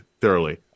thoroughly